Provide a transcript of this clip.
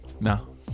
No